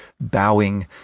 bowing